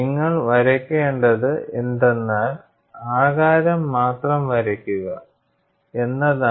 നിങ്ങൾ വരയ്ക്കേണ്ടത് എന്തെന്നാൽ ആകാരം മാത്രം വരയ്ക്കുക എന്നതാണ്